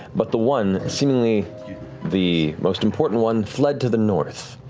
but the one, seemingly the most important one, fled to the north.